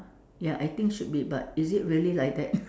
ya I think should be but is it really like that